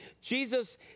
Jesus